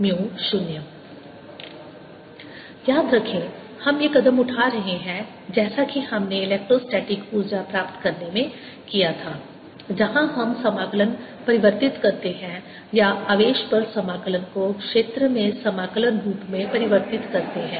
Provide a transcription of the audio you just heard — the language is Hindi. W12dr jrA B0jrjr10B W120drBA याद रखें हम ये कदम उठा रहे हैं जैसा कि हमने इलेक्ट्रोस्टैटिक ऊर्जा प्राप्त करने में किया था जहां हम समाकलन परिवर्तित करते हैं या आवेश पर समाकलन को क्षेत्र में समाकलन रूप में परिवर्तित करते हैं